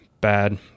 bad